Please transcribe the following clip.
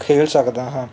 ਖੇਡ ਸਕਦਾ ਹਾਂ